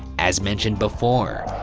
as mentioned before,